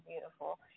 beautiful